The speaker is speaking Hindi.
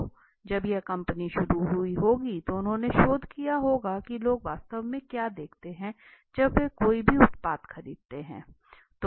तो जब यह कंपनी शुरू हुई होगी तो उन्होंने शोध किया होगा की लोग वास्तव में क्या देखते हैं जब वे कोई भी उत्पाद खरीदते हैं